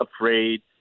afraid